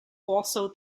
also